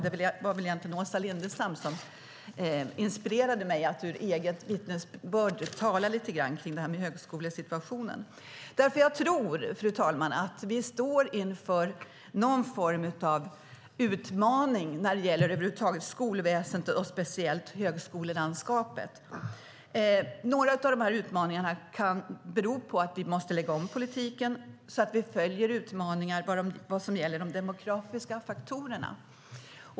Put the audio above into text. Det var egentligen Åsa Lindestam som inspirerade mig att med eget vittnesbörd tala lite grann om högskolesituationen. Jag tror, fru talman, att vi står inför någon form av utmaning när det gäller skolväsendet över huvud taget och speciellt högskolelandskapet. Några av utmaningarna kan bero på att vi måste lägga om politiken så att vi följer utmaningar som gäller de demografiska faktorerna.